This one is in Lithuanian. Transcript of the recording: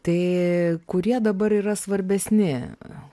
tai kurie dabar yra svarbesni